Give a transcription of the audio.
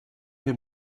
que